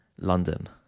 london